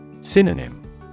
Synonym